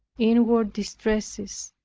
inward distresses,